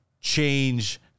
change